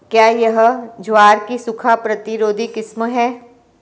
क्या यह ज्वार की सूखा प्रतिरोधी किस्म है?